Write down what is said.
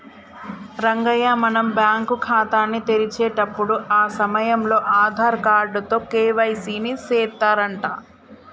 రంగయ్య మనం బ్యాంకు ఖాతాని తెరిచేటప్పుడు ఆ సమయంలో ఆధార్ కార్డు తో కే.వై.సి ని సెత్తారంట